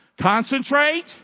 Concentrate